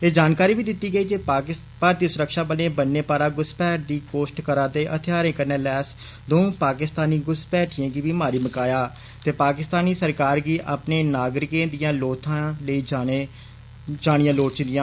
एह् जानकारी बी दिती गेई जे भारतीय सुरक्षाबलें बन्ने पारा घुसपैठ दी कोश्त करारदे हथियारें कन्नै लैस दंऊ पाकिस्तानी घुसपैठिएं गी मारी मकाया ऐ ते पाकिस्तान सरकार गी अपने नागरिकें दियां लोथां लेई जानिया लोड़चदिया